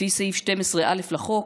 לפי סעיף 12(א) לחוק: